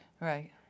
Right